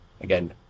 again